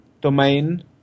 domain